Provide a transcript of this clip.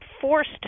forced